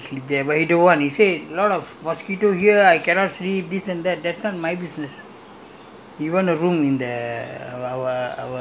leave their guests in the hotel and then they will have their room and sleep there but he don't want he said a lot of mosquitoes here ah I cannot sleep this and that that's not my business